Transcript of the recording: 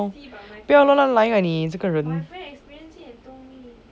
不要乱乱来啊你这个人